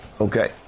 Okay